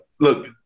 Look